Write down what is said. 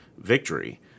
victory